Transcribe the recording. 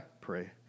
pray